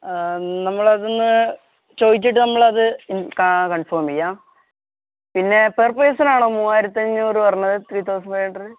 നമ്മളതൊന്ന് ചോദിച്ചിട്ട് നമ്മളത് കൺഫേമെയ്യാം പിന്നെ പെർ പേഴ്സണാണോ മൂവ്വായിരത്തി അഞ്ഞൂറ് പറഞ്ഞത് ത്രീ തൗസൻറ്റ് ഫൈവ് ഹൺഡ്രഡ്